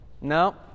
No